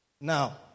Now